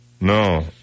no